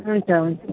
हुन्छ हुन्छ